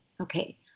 Okay